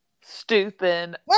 stupid